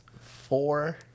Four